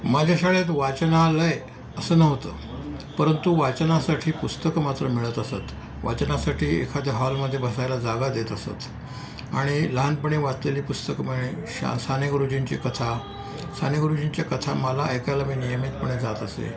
माझ्या शाळेत वाचनालय असं नव्हतं परंतु वाचनासाठी पुस्तकं मात्र मिळत असत वाचनासाठी एखाद्या हॉलमध्ये बसायला जागा देत असत आणि लहानपणी वाचलेली पुस्तकं म्हणे शा साने गुरुजींची कथा साने गुरुजींच्या कथा मला ऐकायला मी नियमितपणे जात असे